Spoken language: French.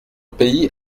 pays